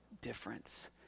difference